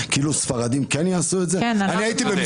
אתם יודעים מה?